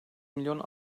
milyon